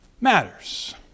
matters